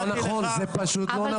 לא נכון, זה פשוט לא נכון.